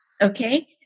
Okay